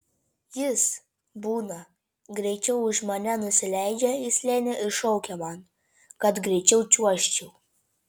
jis būna greičiau už mane nusileidžia į slėnį ir šaukia man kad greičiau čiuožčiau